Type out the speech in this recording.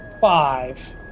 five